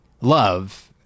love